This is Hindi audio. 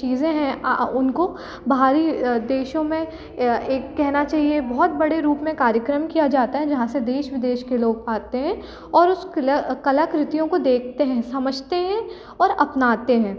चीज़ें हैं उनको बाहरी देशों में या एक कहना चाहिए बहुत बड़े रूप में कार्यक्रम किया जाता है जहाँ से देश विदेश के लोग आते हैं और उस कला कलाकृतियों को देखते हैं समझते हैं और अपनाते हैं